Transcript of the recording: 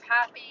happy